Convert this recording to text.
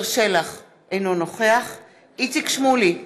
אינו נוכח איציק שמולי,